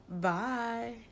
Bye